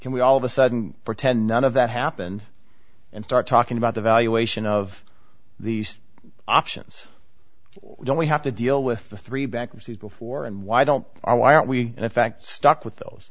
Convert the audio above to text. can we all of a sudden pretend none of that happened and start talking about the valuation of these options don't we have to deal with the three bankruptcy before and why don't i why aren't we in fact stuck with those